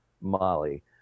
Molly